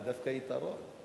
זה דווקא יתרון.